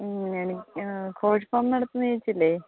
കോഴി ഫാം നടത്തുന്ന ചേച്ചിയല്ലേ